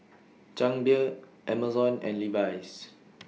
Chang Beer Amazon and Levi's